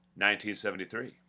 1973